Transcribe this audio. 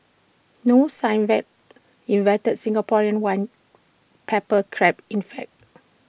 no sign 'invented' Singaporean white pepper Crab in fact